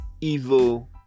evil